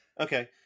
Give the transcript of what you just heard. Okay